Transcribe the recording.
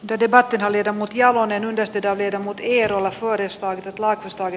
de debatin hallita ja monen yhdistetään verhot hierovat koristaa nyt laitosto oy